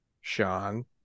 Sean